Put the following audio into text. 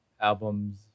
album's